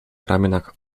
ramionach